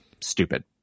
stupid